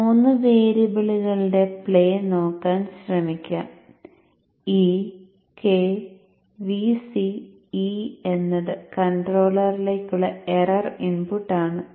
ഈ 3 വേരിയബിളുകളുടെ പ്ലേ നോക്കാൻ ശ്രമിക്കാം e k Vc e എന്നത് കൺട്രോളറിലേക്കുള്ള എറർ ഇൻപുട്ടാണ്